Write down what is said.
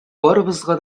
барыбызга